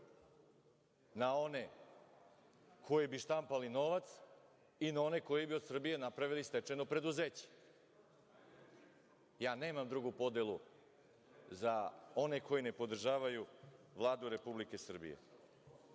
na one koji bi štampali novac i na one koji bi od Srbije napravili stečajno preduzeće. Ja nemam drugu podelu za one koji ne podržavaju Vladu Republike Srbije. Mogao